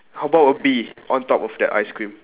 how about a bee on top of the ice cream